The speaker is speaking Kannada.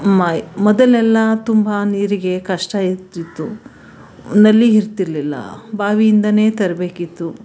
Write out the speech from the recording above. ಮೈ ಮೊದಲೆಲ್ಲ ತುಂಬ ನೀರಿಗೆ ಕಷ್ಟ ಇರ್ತಿತ್ತು ನಲ್ಲಿ ಇರ್ತಿರಲಿಲ್ಲ ಬಾವಿಯಿಂದಲೇ ತರಬೇಕಿತ್ತು